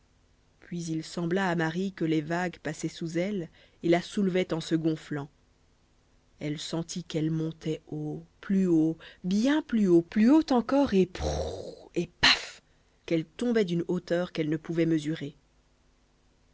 puis il sembla à marie que les vagues passaient sous elle et la soulevaient en se gonflant elle sentit qu'elle montait haut plus haut bien plus haut plus haut encore et prrrrrrrrou et paff qu'elle tombait d'une hauteur qu'elle ne pouvait mesurer